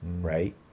right